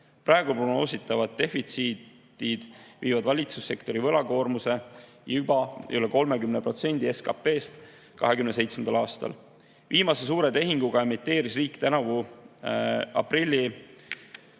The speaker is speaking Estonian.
Praegu prognoositav defitsiit viib valitsussektori võlakoormuse juba üle 30% SKT-st 2027. aastal. Viimase suure tehinguga emiteeris riik tänavu aprilli